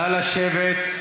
נא לשבת.